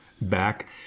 back